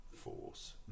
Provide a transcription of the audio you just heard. Force